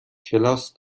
کلاس